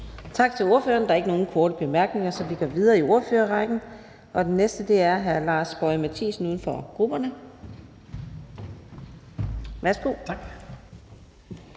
Tak til ordføreren. Der er ikke nogen korte bemærkninger, så vi går videre i ordførerrækken, og den næste er hr. Lars Boje Mathiesen, uden for grupperne. Værsgo. Kl.